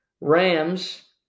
Rams